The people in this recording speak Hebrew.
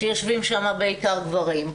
שיושבים שם בעיקר גברים.